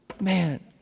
Man